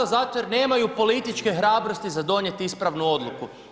Zato jer nemaju političke hrabrosti za donijet ispravnu odluku.